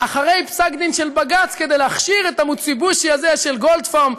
אחרי פסק-דין של בג"ץ כדי להכשיר את ה"מיצובישי" הזה של גולדפרב,